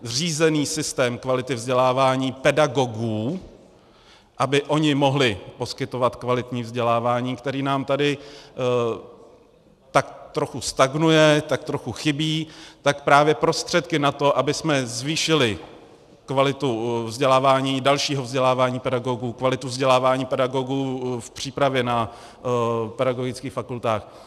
Řízený systém kvality vzdělávání pedagogů, aby oni mohli poskytovat kvalitní vzdělávání, které nám tady tak trochu stagnuje, tak trochu chybí, tak právě prostředky na to, abychom zvýšili kvalitu vzdělávání, dalšího vzdělávání pedagogů, kvalitu vzdělávání pedagogů v přípravě na pedagogických fakultách.